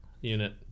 unit